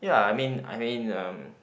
ya I mean I mean uh